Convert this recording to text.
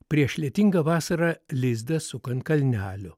prieš lietingą vasarą lizdą suka ant kalnelio